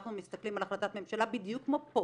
כשאנחנו מסתכלים על החלטת ממשלה, בדיוק כמו פה,